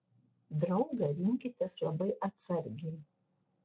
draugą rinkitės labai atsargiai